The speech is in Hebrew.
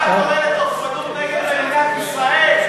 אתה טוען לתוקפנות נגד מדינת ישראל.